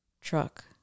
truck